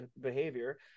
behavior